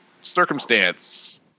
circumstance